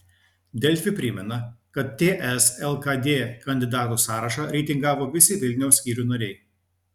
delfi primena kad ts lkd kandidatų sąrašą reitingavo visi vilniaus skyrių nariai